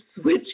switch